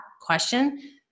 question